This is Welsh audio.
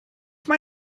mae